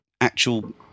actual